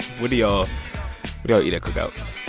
what do y'all y'all eat at cookouts?